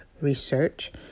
Research